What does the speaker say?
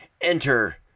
enter